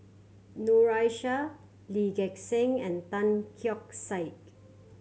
Noor Aishah Lee Gek Seng and Tan Keong Saik